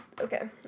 Okay